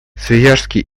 свияжский